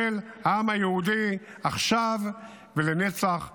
של העם היהודי עכשיו ולנצח נצחים.